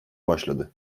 başladı